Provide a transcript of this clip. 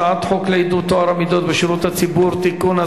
הצעת חוק לעידוד טוהר המידות בשירות הציבור (תיקון,